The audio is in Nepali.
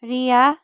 रिया